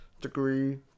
degree